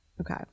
Okay